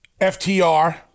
FTR